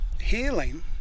healing